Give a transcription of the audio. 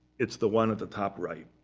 it's the one at the top right.